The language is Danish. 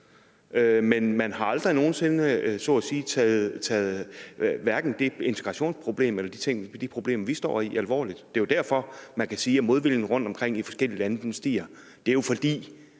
men man har aldrig nogen sinde så at sige taget det integrationsproblem eller de problemer, vi står i, alvorligt. Det er derfor, man kan se, at modviljen rundtomkring i de forskellige lande stiger.